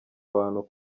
abantu